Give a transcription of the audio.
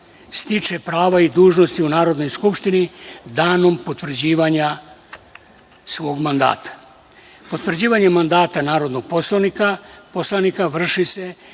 stiče pravo i dužnosti u Narodnoj skupštini danom potvrđivanja svog mandata. Potvrđivanje mandata narodnog poslanika vrši se